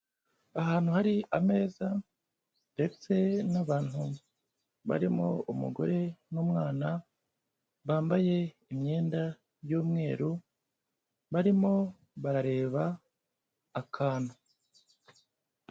Ahantu hari ameza ndetse n'abantu barimo umugore n'umwana bambaye imyenda y'umweru, barimo barareba akantu.